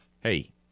Hey